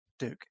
Duke